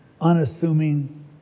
unassuming